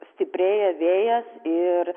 stiprėja vėjas ir